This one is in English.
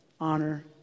Honor